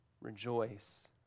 rejoice